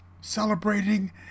celebrating